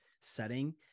setting